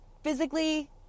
Physically